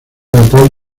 natal